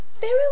Very